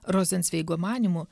rozencveigo manymu